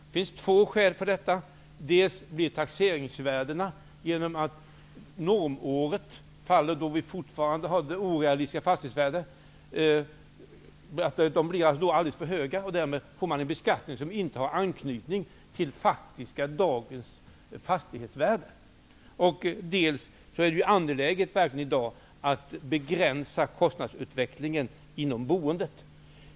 Det finns två skäl för detta. Genom att normåret faller då vi fortfarande har orealistiska fastighetsvärden blir taxeringsvärdena alldeles för höga. Därmed får man en beskattning som inte har anknytning till dagens faktiska fastighetsvärde. Det är i dag också angeläget att begränsa kostnadsutvecklingen inom boendet.